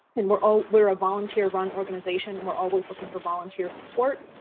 and we're we're a volunteer-run organization we're always looking for volunteer support.